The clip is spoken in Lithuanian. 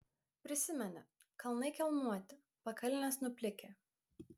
prisimeni kalnai kelmuoti pakalnės nuplikę